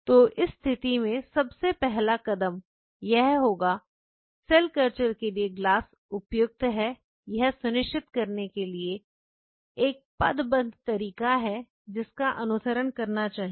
तो इस स्थिति में सबसे पहला कदम यह होगा सेल कल्चर के लिए ग्लास उपयुक्त है यह सुनिश्चित करने के लिए एक पदबंध तरीका है जिसका अनुसरण करना चाहिए